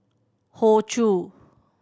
Hoey Choo